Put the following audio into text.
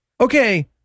Okay